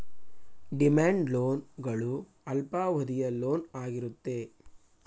demand loan ಗಳು ಅಲ್ಪಾವಧಿಯ loan ಆಗಿರುತ್ತೆ